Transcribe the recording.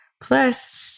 plus